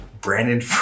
Brandon